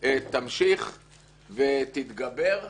תמשיך ותתגבר.